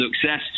success